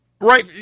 right